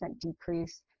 decrease